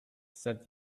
said